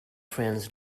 friends